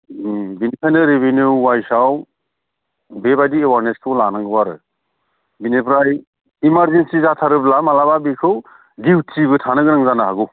बिनिखाइनो revenue अवाइसाव बेबादि एवारनेसखौ लानांगौ आरो बिनिफ्राय इमारजेनसि जाथारोब्ला माब्लाबा बेखौ डिउटिबो थानो गोनां जानो हागौ